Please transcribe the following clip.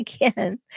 again